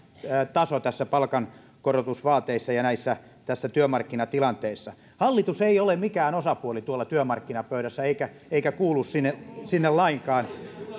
taso näissä palkankorotusvaateissa ja tässä työmarkkinatilanteessa hallitus ei ole mikään osapuoli tuolla työmarkkinapöydässä eikä eikä kuulu sinne sinne lainkaan